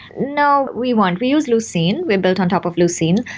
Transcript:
no. we won't. we use lucene. we built on top of lucene.